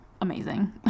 amazing